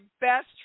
best